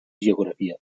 geografia